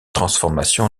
transformation